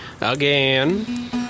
Again